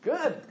Good